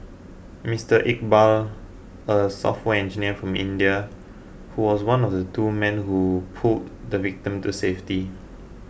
Mister Iqbal a software engineer from India who was one of the two men who pulled the victim to safety